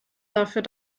dafür